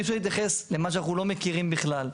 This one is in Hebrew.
אי אפשר להתייחס למה שאנחנו לא מכירים בכלל.